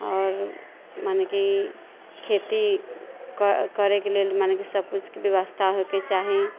आओर मने कि खेती कऽ करैके लेल मने कि सभ कुछके व्यवस्था होइके चाही